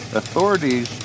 authorities